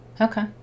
Okay